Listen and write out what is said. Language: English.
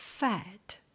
Fat